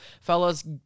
fellas